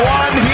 one